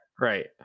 right